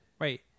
Wait